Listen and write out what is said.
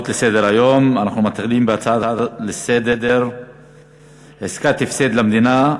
עסקת הפסד למדינה,